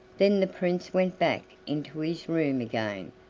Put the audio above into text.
then the prince went back into his room again,